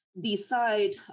decide